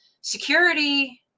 security